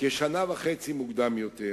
כשנה וחצי מוקדם יותר,